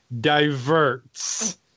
diverts